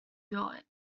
built